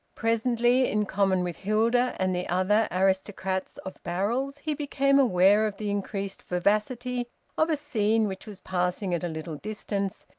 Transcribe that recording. presently, in common with hilda and the other aristocrats of barrels, he became aware of the increased vivacity of a scene which was passing at a little distance,